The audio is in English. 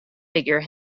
figure